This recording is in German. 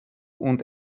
und